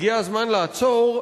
הגיע הזמן לעצור,